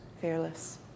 Fearless